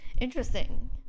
interesting